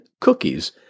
Cookies